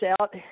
out